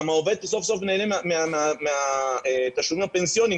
העובד סוף-סוף נהנה מהתשלומים הפנסיוניים,